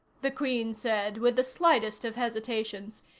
the queen said with the slightest of hesitations,